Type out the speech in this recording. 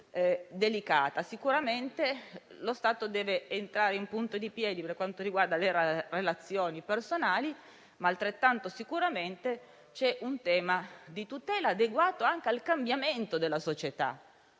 Sicuramente lo Stato deve entrare in punta di piedi, per quanto riguarda le relazioni personali, ma altrettanto sicuramente c'è un tema di tutela, adeguato anche al cambiamento della società,